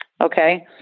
okay